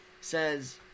says